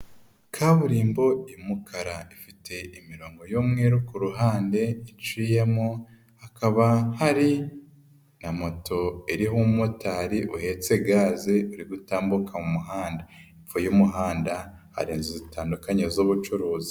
Kaburimbo y'umukara ifite imirongo y'umweru ku ruhande iciyemo, hakaba hari na moto iriho umumotari uhetse gaze iri gutambuka mu muhanda. Hepfo y'umuhanda hari inzu zitandukanye z'ubucuruzi.